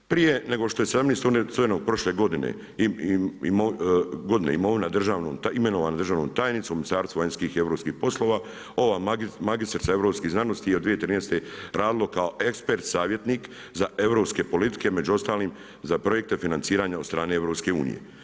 Prije nego što je …/Govornik se razumije./… prošle godine imenovana državnom tajnicom u Ministarstvu vanjskih i europskih poslova ova magistrica europskih znanosti je od 2013. radila kao ekspert savjetnik za europske politike, među ostalim za projekte financiranja od strane EU.